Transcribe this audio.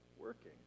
working